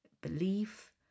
belief